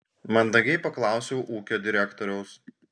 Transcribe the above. mandagiai paklausiau ūkio direktoriaus